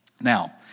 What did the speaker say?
Now